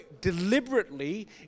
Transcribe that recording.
deliberately